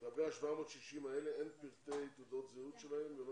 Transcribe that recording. לגבי ה-760 האלה אין פרטי תעודות זהות שלהם ולא